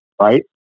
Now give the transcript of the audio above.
Right